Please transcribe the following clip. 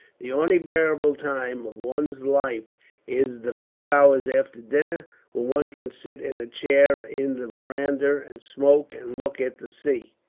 the only bearable time of one's life is the few hours after dinner, when one can sit in a chair in the veranda, and smoke and look at the sea.